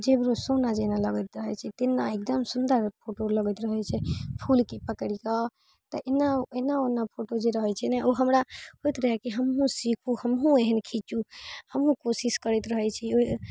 जे सूना जेना लगैत रहै छै तेना एकदम सुन्दर फोटो लगैत रहै छै फूलके पकड़ि कऽ तऽ एना एना ओना फोटो जे रहै छै ने ओ हमरा होइत रहैय कि हमहूँ सीखू हमहूँ एहन खीचू हमहूँ कोशिश करैत रहैत छी ओइ